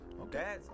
Okay